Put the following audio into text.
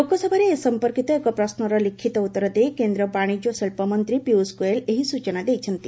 ଲୋକସଭାରେ ଏ ସମ୍ପର୍କିତ ଏକ ପ୍ରଶ୍ନର ଲିଖିତ ଉତ୍ତର ଦେଇ କେନ୍ଦ୍ର ବାଣିଜ୍ୟ ଓ ଶିଳ୍ପ ମନ୍ତ୍ରୀ ପିୟୁଷ ଗୋୟେଲ୍ ଏହି ସ୍ଚଚନା ଦେଇଛନ୍ତି